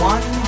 One